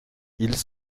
ils